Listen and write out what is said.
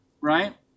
right